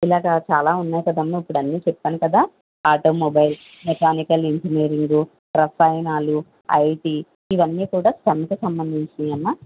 ఇలాగ చాలా ఉన్నాయి కదమ్మా ఇప్పుడు చెప్పాను కదా ఆటోమొబైల్ మెకానికల్ ఇంజనీరింగ్ రసాయనాలు ఐటీ ఇవి అన్ని కూడా స్టెమ్కి సంబంధించినవే అమ్మా